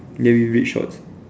ya with red shorts